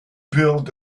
build